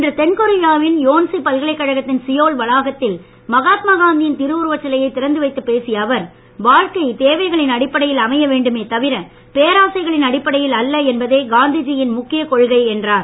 இன்று தென்கொரியாவின் யோன்சி பல்கலைக்கழகத்தின் சியோல் வளாகத்தில் மகாத்மா காந்தியின் திருவுருவச் சிலையை திறந்து வைத்து பேசிய அவர் வாழ்க்கை தேவைகளின் அடிப்படையில் அமைய வேண்டுமே தவிர பேராசைகளின் அடிப்படைகளில் அல்ல என்பதே காந்தி ஜி யின் முக்கிய கொள்கை என்றார்